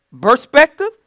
perspective